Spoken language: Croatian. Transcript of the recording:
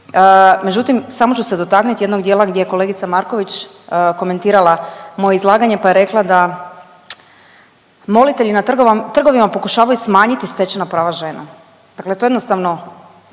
međutim samo ću se dotaknit jednog dijela gdje je kolegica Marković komentirala moje izlaganje pa je rekla da molitelji na trgovima pokušavaju smanjiti stečena prava žena. Dakle to jednostavno